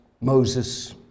Moses